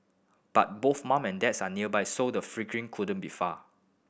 but both mum and dad are nearby so the fledgling couldn't be far